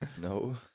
no